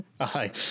hi